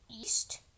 East